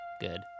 good